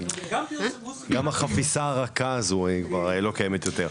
גם החפיסה הרכה הזו היא כבר לא קיימת יותר.